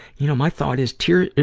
you know, my thought is tears,